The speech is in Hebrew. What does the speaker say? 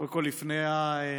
קודם כול, לפני הכול,